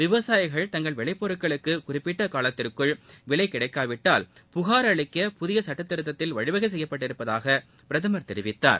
விவசாயிகள் தங்கள் விளைபொருட்களுக்குறிப்பிட்டகாலத்திற்குள் விலைகிடைக்காவிடில் புகார் அளிக்க புதியசட்டத்திருத்தத்தில் வழிவகைசெய்யப்பட்டிருப்பதாகபிரதமர் தெரிவித்தார்